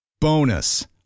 Bonus